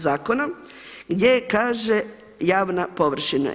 Zakona gdje kaže javna površina.